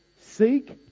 Seek